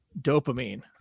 dopamine